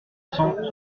cent